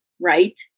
Right